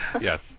Yes